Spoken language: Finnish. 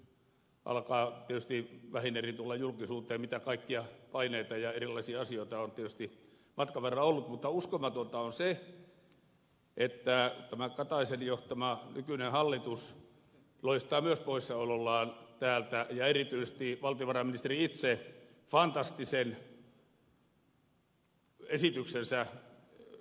no nyt alkaa tietysti vähin erin tulla julkisuuteen mitä kaikkia paineita ja erilaisia asioita on tietysti matkan varrella ollut mutta uskomatonta on se että tämä kataisen johtama nykyinen hallitus loistaa myös poissaolollaan täältä ja erityisesti valtiovarainministeri itse fantastisen esityksensä kanssa